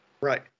Right